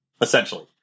essentially